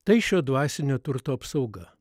tai šio dvasinio turto apsauga